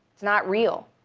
not real.